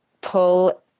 pull